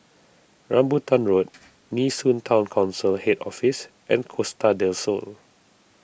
Rambutan Road Nee Soon Town Council Head Office and Costa del Sol